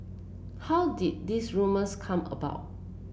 how did this rumours come about